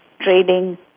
Trading